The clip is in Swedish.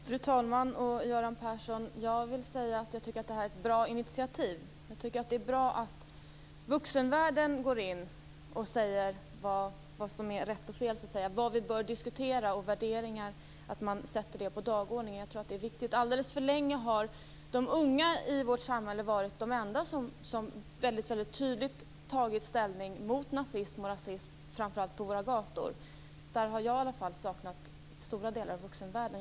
Fru talman och Göran Persson! Jag tycker att det här är ett bra initiativ. Jag tycker att det är bra att vuxenvärlden går in och säger vad som är rätt och fel, vad vi bör diskutera samt värderingar, och att man sätter det på dagordningen. Alldeles för länge har de unga i vårt samhälle varit de enda som väldigt tydligt tagit ställning mot nazism och rasism, framför allt på våra gator. Där har i alla fall jag saknat stora delar av vuxenvärlden.